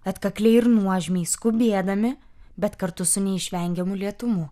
atkakliai ir nuožmiai skubėdami bet kartu su neišvengiamu lėtumu